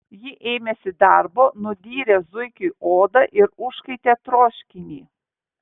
ji ėmėsi darbo nudyrė zuikiui odą ir užkaitė troškinį